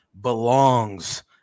belongs